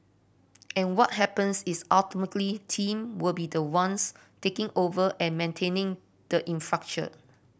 and what happens is ultimately team will be the ones taking over and maintaining the infrastructure